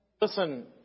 Listen